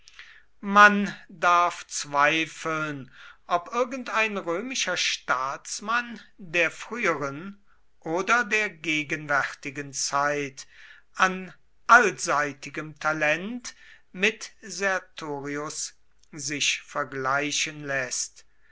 man darf zweifeln ob irgendein römischer staatsmann der früheren oder der gegenwärtigen zeit an allseitigem talent mit sertorius sich vergleichen läßt